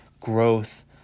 growth